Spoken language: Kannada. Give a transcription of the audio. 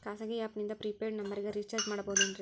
ಖಾಸಗಿ ಆ್ಯಪ್ ನಿಂದ ಫ್ರೇ ಪೇಯ್ಡ್ ನಂಬರಿಗ ರೇಚಾರ್ಜ್ ಮಾಡಬಹುದೇನ್ರಿ?